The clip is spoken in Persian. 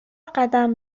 قدم